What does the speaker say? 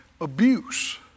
abuse